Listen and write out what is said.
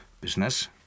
business